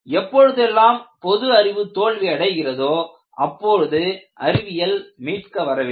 எப்பொழுதெல்லாம் பொது அறிவு தோல்வி அடைகிறதோ அப்போது அறிவியல் மீட்க வரவேண்டும்